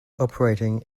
operating